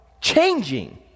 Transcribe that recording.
changing